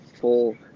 full